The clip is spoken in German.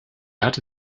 hatte